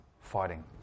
fighting